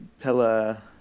Pella